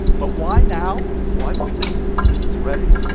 but why now? why do we think this is ready?